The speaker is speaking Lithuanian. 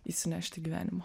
įsinešti į gyvenimą